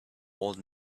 old